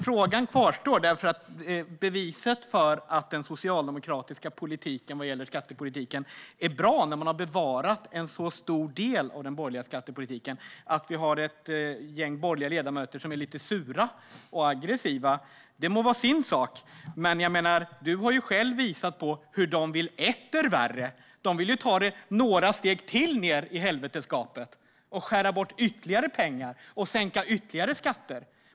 Frågan kvarstår, eftersom beviset för att den socialdemokratiska skattepolitiken är bra när man har bevarat en så stor del av den borgerliga skattepolitiken är att vi har ett gäng borgerliga ledamöter som är lite sura och aggressiva. Det må så vara. Men du, Peter Persson, har visat hur de vill bli etter värre. De vill nämligen ta det några steg till ned i helvetesgapet och skära bort ytterligare pengar och sänka ytterligare skatter.